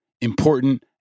important